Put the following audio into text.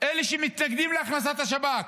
אלה שמתנגדים להכנסת השב"כ,